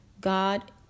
God